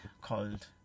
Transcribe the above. called